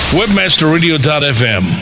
webmasterradio.fm